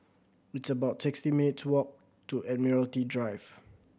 it's about sixty minutes' walk to Admiralty Drive